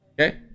okay